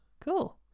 Cool